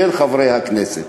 בין חברי הכנסת.